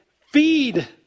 feed